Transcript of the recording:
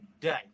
day